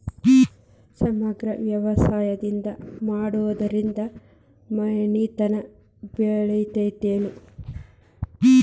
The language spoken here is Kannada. ಸಮಗ್ರ ವ್ಯವಸಾಯ ಮಾಡುದ್ರಿಂದ ಮನಿತನ ಬೇಳಿತೈತೇನು?